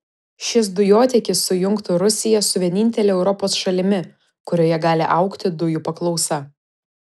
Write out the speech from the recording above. šis dujotiekis sujungtų rusiją su vienintele europos šalimi kurioje gali augti dujų paklausa